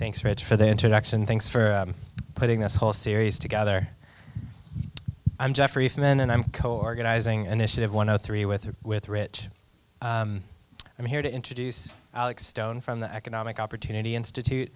thanks rich for the introduction thanks for putting this whole series together i'm jeffrey's men and i'm coorg izing initiative one of three with a with rich i mean here to introduce alex stone from the economic opportunity institute